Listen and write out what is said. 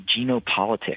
genopolitics